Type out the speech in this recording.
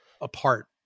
apart